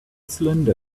cylinder